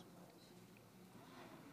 בבקשה.